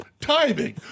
timing